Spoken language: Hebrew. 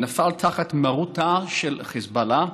שנפלה תחת מרות של החיזבאללה,